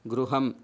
गृहम्